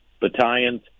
battalions